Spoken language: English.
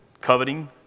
coveting